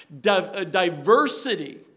diversity